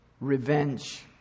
revenge